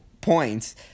points